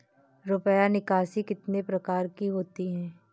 रुपया निकासी कितनी प्रकार की होती है?